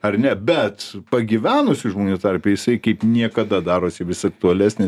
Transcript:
ar ne bet pagyvenusių žmonių tarpe jisai kaip niekada darosi vis aktualesnis